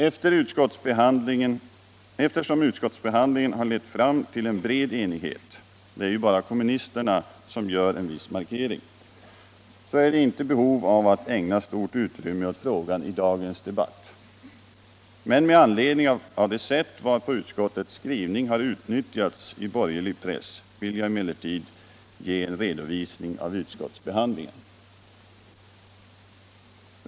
Eftersora utskottsbehandlingen har lett fram till en bred enighet — det är bara kommunisterna som gör en viss markering — så är det inte behov av att ägna stort utrymme Kulturpolitiken Kulturpolitiken åt frågan i dagens debatt. Med anledning av det sätt varpå utskottets skrivning har utnyttjats i borgerlig press vill jag cmellertid ge en redovisning av utskottsbehandlingen.